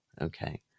okay